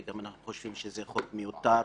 גם אנחנו חושבים שזה חוק מיותר.